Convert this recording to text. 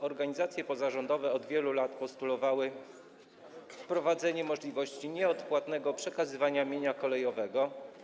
Organizacje pozarządowe od wielu lat postulowały wprowadzenie możliwości nieodpłatnego przekazywania mienia kolejowego.